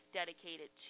dedicated